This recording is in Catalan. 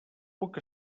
puc